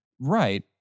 Right